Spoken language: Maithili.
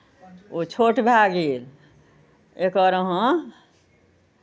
ओ छोट भए गेल एकर अहाँ